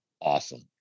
awesome